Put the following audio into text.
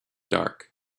dark